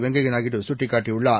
வெங்கய்யநாயுடுசுட்டி க்காட்டியுள்ளார்